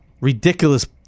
Ridiculous